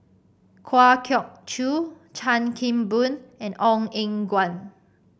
Kwa Geok Choo Chan Kim Boon and Ong Eng Guan